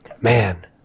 man